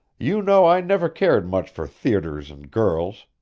you know i never cared much for theaters and girls,